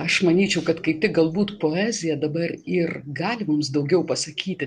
aš manyčiau kad kaip tik galbūt poezija dabar ir gali mums daugiau pasakyti